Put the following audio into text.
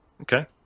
Okay